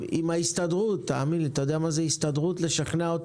זה היה עם ההסתדרות אתה יודע מה זה לשכנע את